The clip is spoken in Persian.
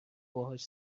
باهاش